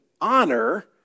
Honor